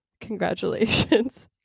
Congratulations